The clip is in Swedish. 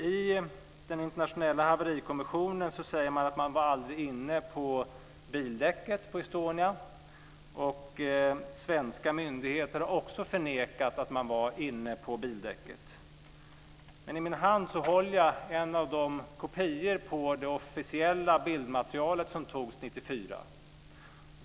I den internationella haverikommissionen säger man att man aldrig var inne på bildäcket på Estonia. Svenska myndigheter har också förnekat att de varit inne på bildäcket. Men i min hand håller jag en av kopiorna på det officiella bildmaterialet från 1994.